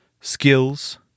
skills